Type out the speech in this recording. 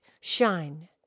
shine